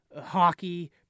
hockey